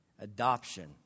adoption